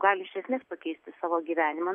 gali iš esmės pakeisti savo gyvenimą